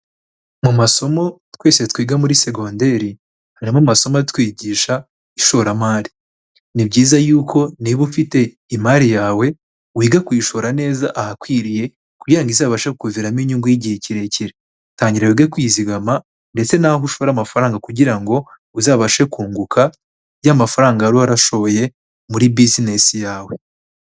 Mu masomo twese twiga muri segonderi, harimo amasomo atwigisha ishoramari. Ni byiza yuko niba ufite imari yawe, wiga kuyishora neza ahakwiriye kugira ngo izabashe kukuviramo inyungu y'igihe kirekire. Tangira wige kwizigama ndetse n'aho ushora amafaranga kugira ngo uzabashe kunguka ya mafaranga wari warashoye muri business yawe.